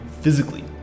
physically